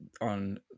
on